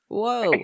whoa